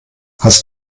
hast